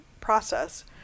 process